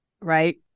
Right